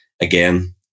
again